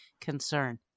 concern